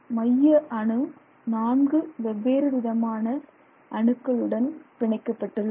மைய அணு 4 வெவ்வேறு விதமான அணுக்களுடன் பிணைக்கப்பட்டுள்ளன